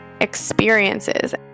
experiences